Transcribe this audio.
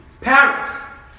Paris